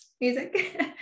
Music